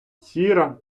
сіра